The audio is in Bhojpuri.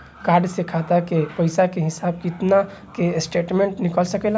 कार्ड से खाता के पइसा के हिसाब किताब के स्टेटमेंट निकल सकेलऽ?